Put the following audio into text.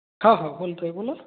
हां हां बोलतो आहे बोला